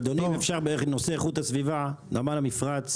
אדוני, אם אפשר, בנושא איכות הסביבה נמל המפרץ.